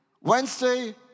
Wednesday